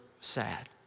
sad